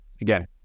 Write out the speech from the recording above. again